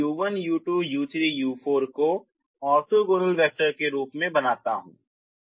अब मैं u1 u2 u3 u4 को ऑर्थोगोनल वेक्टर के रूप में बनाता हूं